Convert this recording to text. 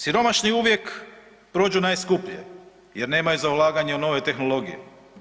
Siromašni uvijek prođu najskuplje jer nemaju za ulaganje u nove tehnologije.